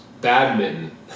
Badminton